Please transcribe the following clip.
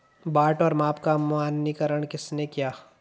बाट और माप का मानकीकरण किसने किया?